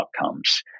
outcomes